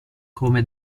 come